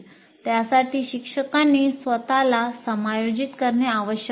त्यासाठी शिक्षकांनी स्वत ला समायोजित करणे आवश्यक आहे